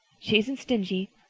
she isn't stingy.